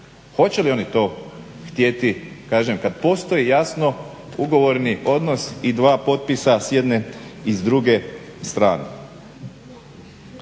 Hoće li oni to htjeti kažem kad postoji jasno ugovorni odnos i dva potpisa s jedne i s druge strane.